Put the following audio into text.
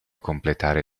completare